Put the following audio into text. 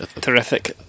terrific